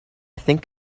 think